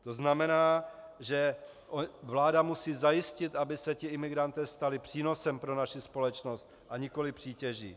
To znamená, že vláda musí zajistit, aby se imigranti stali přínosem pro naši společnost a nikoliv přítěží.